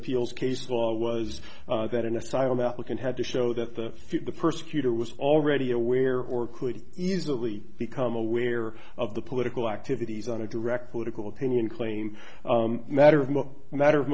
appeals case law was that an asylum applicant had to show that the persecutor was already aware or could easily become aware of the political activities on a direct political opinion claim matter